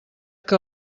que